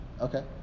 Okay